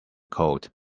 coat